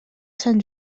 sant